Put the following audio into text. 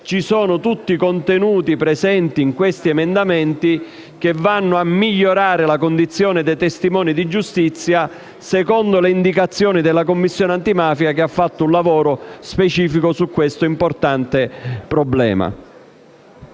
presenti tutti i contenuti degli emendamenti in esame, che vanno a migliorare la condizione dei testimoni di giustizia secondo le indicazioni della Commissione antimafia, che ha compiuto un lavoro specifico su questo importante problema.